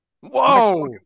Whoa